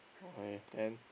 okay then